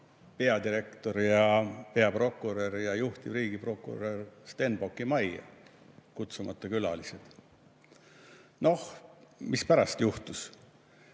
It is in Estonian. peadirektor ja peaprokurör ja juhtiv riigiprokurör Stenbocki majja. Kutsumata külalised. Noh, mis pärast juhtus?